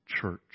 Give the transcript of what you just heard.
church